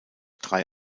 drei